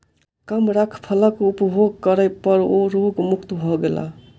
कमरख फलक उपभोग करै पर ओ रोग मुक्त भ गेला